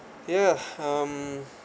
ya um